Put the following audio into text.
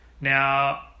Now